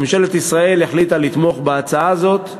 ממשלת ישראל החליטה לתמוך בהצעה הזאת,